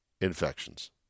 infections